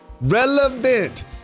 Relevant